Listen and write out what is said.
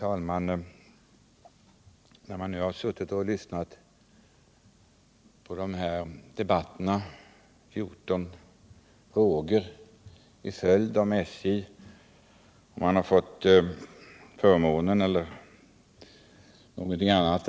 Herr talman! Jag har nu suttit och lyssnat på debatten i ett stort antal frågor om SJ. Jag har fått förmånen — eller är det någonting annat?